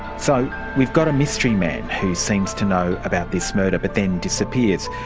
so we've got a mystery man who seems to know about this murder, but then disappears.